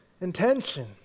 intention